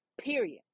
period